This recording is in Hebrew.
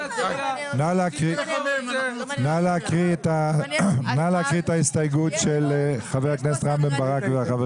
נא להקריא את ההסתייגות של חבר הכנסת רם בן ברק והחברים.